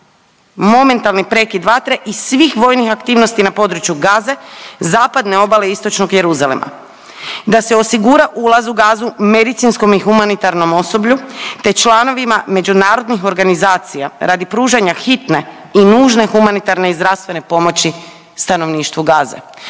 Momentalni prekid vatre i svih vojnih aktivnosti na području Gaze, zapadne obale istočnog Jeruzalema. Da se osigura ulaz u Gazu medicinskom i humanitarnom osoblju te članovima međunarodnih organizacija radi pružanja hitne i nužne humanitarne i zdravstvene pomoći stanovništvu Gaze.